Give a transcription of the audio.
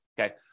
okay